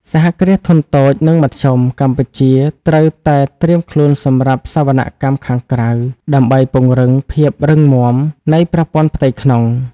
សហគ្រាសធុនតូច និងមធ្យម កម្ពុជាត្រូវតែត្រៀមខ្លួនសម្រាប់ "សវនកម្មខាងក្រៅ" ដើម្បីពង្រឹងភាពរឹងមាំនៃប្រព័ន្ធផ្ទៃក្នុង។